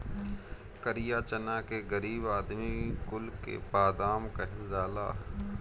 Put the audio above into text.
करिया चना के गरीब आदमी कुल के बादाम कहल जाला